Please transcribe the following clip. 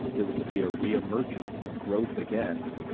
that will see a re-emergence in a growth, again,